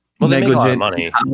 negligent